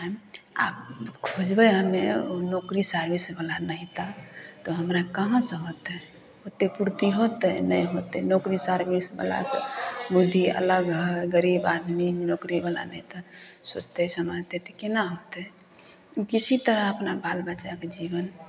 आ खोजबै हमे नौकरी सर्विस वला नहि तऽ हमरा कहाँ से होतै ओत्ते पूर्ति होतै नहि होतै लोक भी सर्विस वला अलग होइ है गरीब आदमी नौकरी वला नहि तऽ सोचतै समझतै तऽ केना होतै किसी तरह अपना वाल बच्चाके जीवन